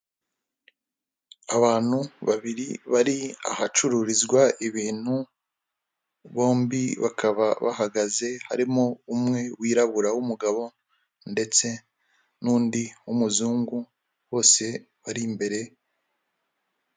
Abantu babiri bari ahacururizwa ibintu, bombi bakaba bahagaze harimo umwe wirabura w'umugabo ndetse n'undi w'umuzungu bose bari imbere.